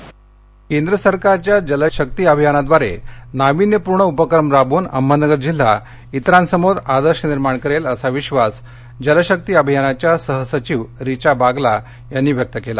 अहमदनगर केंद्र सरकारच्या जलशक्ती अभियानाद्वारे नावीन्यपूर्ण उपक्रम राबवून अहमदनगर जिल्हा इतरांसमोर आदर्श निर्माण करेल असा विश्वास जलशक्ती अभियानाच्या सहसचिव रिचा बागला यांनी व्यक्त केला